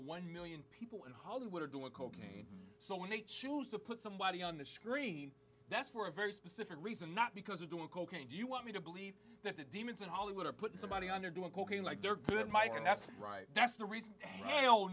one million people in hollywood are doing cocaine so when they choose to put somebody on the screen that's for a very specific reason not because they're doing cocaine do you want me to believe that the demons in hollywood are putting somebody on they're doing cocaine like they're good mike and that's right that's the reason